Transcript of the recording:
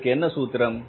அதற்கு என்ன சூத்திரம்